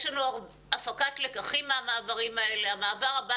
יש לנו הפקת לקחים מהמעברים האלה והמעבר הבא